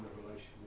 Revelation